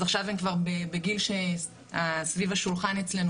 אז עכשיו הם כבר בגיל שסביב השולחן אצלנו